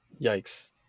yikes